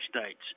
states